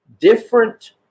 different